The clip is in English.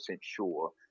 sure